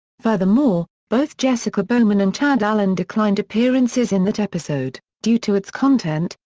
furthermore, both jessica bowman and chad allen declined appearances in that episode, due to its content,